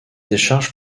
décharge